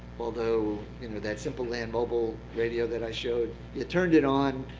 although you know that simple land mobile radio that i showed, you turned it on,